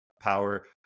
power